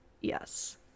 Yes